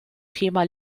thema